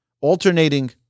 alternating